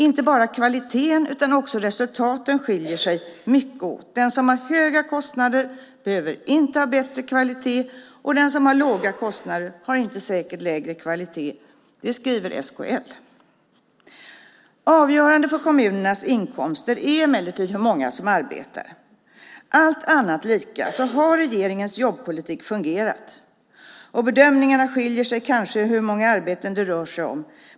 Inte bara kvaliteten utan också resultaten skiljer sig mycket åt. Den som har höga kostnader behöver inte ha högre kvalitet, och den som har låga kostnader har inte säkert lägre kvalitet. Det skriver SKL. Avgörande för kommunernas inkomster är emellertid hur många som arbetar. Allt annat lika har regeringens jobbpolitik fungerat. Bedömningarna skiljer i hur många arbeten det rör sig om.